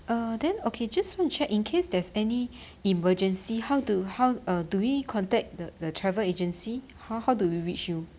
uh then okay just want to check in case there's any emergency how do how uh do we contact the the travel agency how how do we reach you